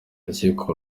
urukiko